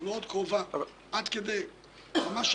באיזה תנאים לא,